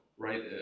Right